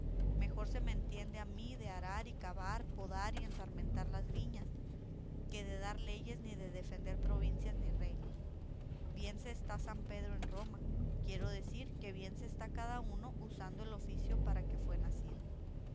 mejor se me entiende a mí de arar y cavar podar y ensarmentar las viñas que de dar leyes ni de defender provincias ni reinos bien se está san pedro en roma quiero decir que bien se está cada uno usando el oficio para que fue nacido